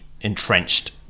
entrenched